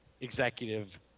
executive